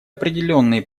определенные